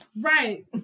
Right